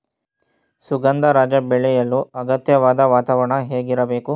ಸುಗಂಧರಾಜ ಬೆಳೆಯಲು ಅಗತ್ಯವಾದ ವಾತಾವರಣ ಹೇಗಿರಬೇಕು?